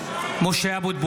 (קורא בשמות חברי הכנסת) משה אבוטבול,